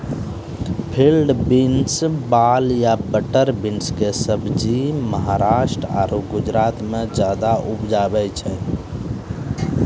field beans, वाल या butter bean कॅ सब्जी महाराष्ट्र आरो गुजरात मॅ ज्यादा उपजावे छै